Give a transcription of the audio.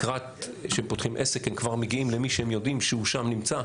לקראת שהם פותחים עסק הם כבר מגיעים למי שהם יודעים שהוא שם נמצא,